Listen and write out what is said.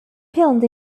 filmed